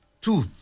Two